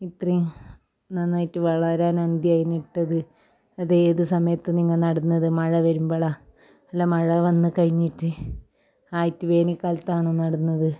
ഇത്രയും നന്നായിട്ട് വളരാൻ എന്തിയെ അതിന് ഇട്ടത് അത് ഏത് സമയത്ത് നിങ്ങൾ നടുന്നത് മഴ വരുമ്പോഴോ അല്ല മഴ വന്ന് കഴിഞ്ഞിട്ട് ആയിട്ട് വേനൽ കാലത്താണോ നടുന്നത്